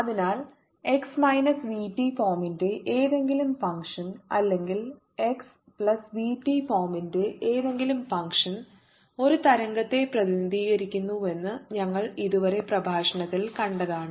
അതിനാൽ x minus v t ഫോമിന്റെ ഏതെങ്കിലും ഫങ്ക്ഷൻ അല്ലെങ്കിൽ എക്സ് പ്ലസ് വി ടി ഫോമിന്റെ ഏതെങ്കിലും ഫങ്ക്ഷൻ ഒരു തരംഗത്തെ പ്രതിനിധീകരിക്കുന്നുവെന്ന് ഞങ്ങൾ ഇതുവരെ പ്രഭാഷണത്തിൽ കണ്ടതാണ്